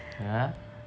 !huh!